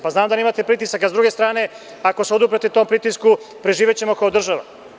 Pa znam da imate pritisak, ali,s druge strane, ako se oduprete tom pritisku preživećemo kao država.